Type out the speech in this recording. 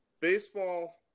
baseball